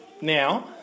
now